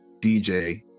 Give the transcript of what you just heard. dj